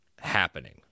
happening